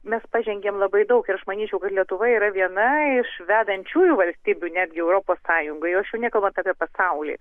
mes pažengėm labai daug ir aš manyčiau kad lietuva yra viena iš vedančiųjų valstybių netgi europos sąjungoj jau aš jau nekalbu apie pasaulį